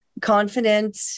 confident